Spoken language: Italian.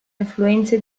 influenze